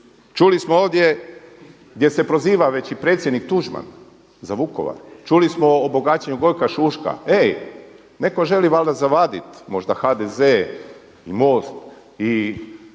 Čuli smo ovdje gdje se proziva već i predsjednik Tuđman za Vukovar, čuli smo o bogaćenju Gojka Šuška. Ej, netko želi valjda zavaditi možda HDZ i MOST i